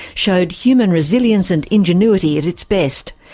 showed human resilience and ingenuity at its best.